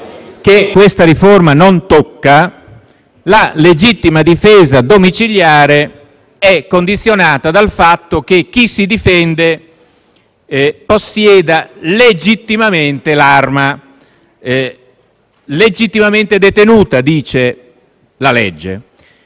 che questa riforma non tocca, la legittima difesa domiciliare è condizionata dal fatto che chi si difende possieda legittimamente l'arma. La legge parla infatti di arma